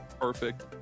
Perfect